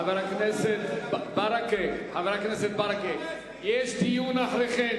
חבר הכנסת ברכה, יש דיון אחרי כן.